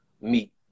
meet